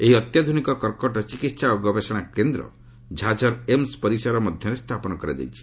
ଏହି ଅତ୍ୟାଧୁନିକ କର୍କଟ ଚିକିତ୍ସା ଓ ଗବେଷଣା କେନ୍ଦ୍ର ଝାଝର୍ ଏମ୍ସ୍ ପରିସର ମଧ୍ୟରେ ସ୍ଥାପନ କରାଯାଇଛି